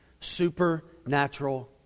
supernatural